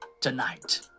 tonight